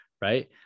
right